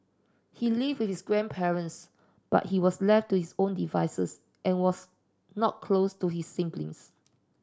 he lived with his grandparents but he was left to his own devices and was not close to his siblings